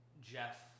Jeff